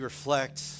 reflect